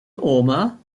omar